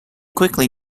quickly